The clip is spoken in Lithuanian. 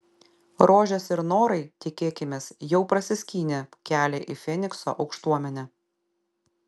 rožės ir norai tikėkimės jau prasiskynė kelią į fenikso aukštuomenę